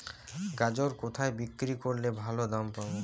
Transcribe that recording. গাজর কোথায় বিক্রি করলে ভালো দাম পাব?